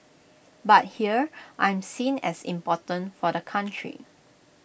but here I'm seen as important for the country